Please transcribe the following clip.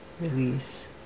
release